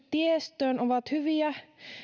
tiestöön ovat hyviä